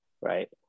Right